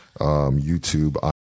YouTube